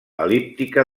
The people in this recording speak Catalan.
el·líptica